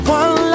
one